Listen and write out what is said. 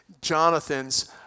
Jonathan's